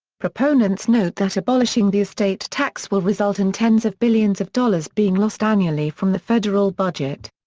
proponents note that abolishing the estate tax will result in tens of billions of dollars being lost annually from the federal budget.